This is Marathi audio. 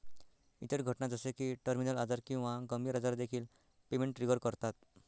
इतर घटना जसे की टर्मिनल आजार किंवा गंभीर आजार देखील पेमेंट ट्रिगर करतात